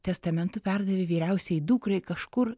testamentu perdavė vyriausiajai dukrai kažkur